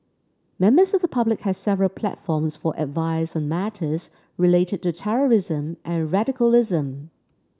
members of the public have several platforms for advice on matters related to terrorism and radicalism